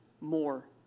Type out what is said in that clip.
more